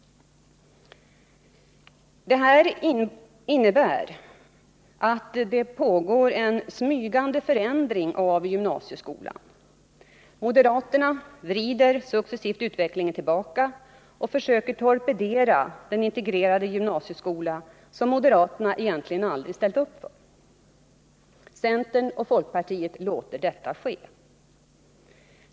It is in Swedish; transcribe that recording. Det här innebär att det pågår en smygande förändring av gymnasieskolan. Moderaterna vrider utvecklingen tillbaka och försöker torpedera den integrerade gymnasieskola som de egentligen aldrig ställt upp för. Centern och folkpartiet låter detta ske.